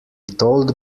told